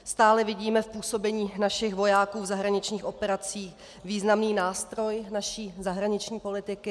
Stále vidíme v působení našich vojáků v zahraničních operacích významný nástroj naší zahraniční politiky.